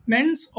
Men's